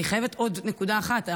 אני חייבת עוד נקודה אחת.